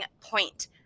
point